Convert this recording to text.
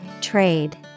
Trade